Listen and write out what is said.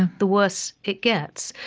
the worse it gets.